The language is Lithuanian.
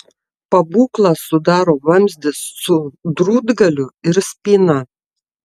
pabūklą sudaro vamzdis su drūtgaliu ir spyna